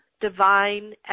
divine